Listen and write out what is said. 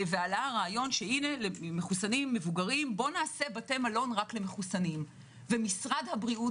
עלה הרעיון נעשה בתי מלון רק למחוסנים ומשרד הבריאות